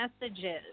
messages